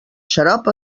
xarop